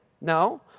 No